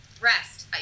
rest